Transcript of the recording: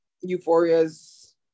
euphoria's